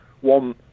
one